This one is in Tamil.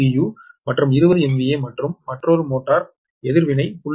u மற்றும் 20 MVA மற்றும் மற்றொரு மோட்டார் எதிர்வினை 0